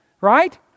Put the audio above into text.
right